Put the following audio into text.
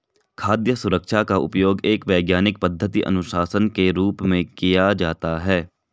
खाद्य सुरक्षा का उपयोग एक वैज्ञानिक पद्धति अनुशासन के रूप में किया जाता है